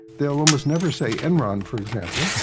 they'll almost never say enron for example.